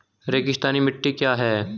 रेगिस्तानी मिट्टी क्या है?